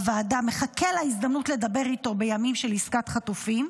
מחכים להזדמנות לדבר איתו בימים של עסקת חטופים,